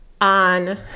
on